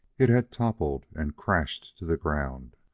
it had toppled and crashed to the ground,